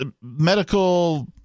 medical